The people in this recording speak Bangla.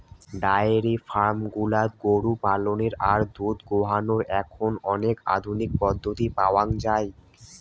ডায়েরি ফার্ম গুলাত গরু পালনের আর দুধ দোহানোর এখন অনেক আধুনিক পদ্ধতি পাওয়াঙ যাই